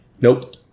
Nope